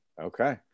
okay